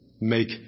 Make